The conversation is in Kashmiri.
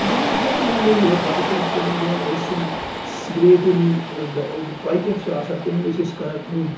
تہٕ یِم ٲسۍ واریاہ میٚموری اور پَتہ ٲسۍ أسۍ تِمَن دۄہَن ٲسۍ یِم سِگریٹَن یِم پاکیٚٹ چھ آسان تِمَن ٲسۍ أسۍ کَران کٲم